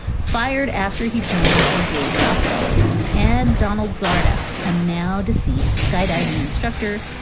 fired after he joined a gay softball league. and donald zada, a now deceased skydiving instructor,